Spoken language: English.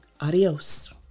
adios